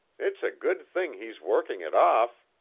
it's a good thing he's working it off.